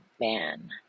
Man